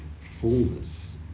fullness